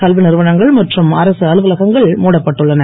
கல்வி நிறுவனங்கள் மற்றும் அரசு அலுவலகங்கள் மூடப்பட்டு உள்ளன